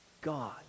God